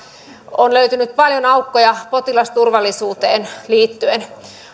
on löytynyt paljon aukkoja potilasturvallisuuteen liittyen